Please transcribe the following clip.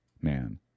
man